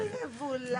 לא יבולע לי.